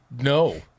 no